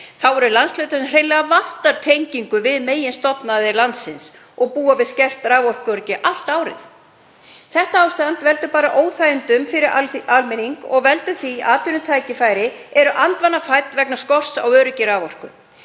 sem vantar hreinlega tengingu við meginstofnæðir landsins og búa við skert raforkuöryggi allt árið. Þetta ástand veldur óþægindum fyrir almenning og veldur því að atvinnutækifæri eru andvana fædd vegna skorts á öryggi raforku.